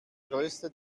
größte